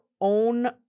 own